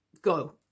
go